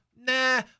nah